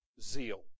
zeal